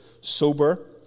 sober